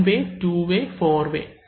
one way two way four way